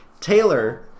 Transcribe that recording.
Taylor